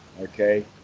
Okay